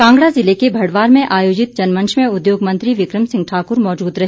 कांगड़ा ज़िले के भड़वार में आयोजित जनमंच में उद्योग मंत्री बिक्रम सिंह ठाकुर मौजूद रहे